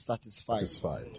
satisfied